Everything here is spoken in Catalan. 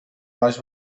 baix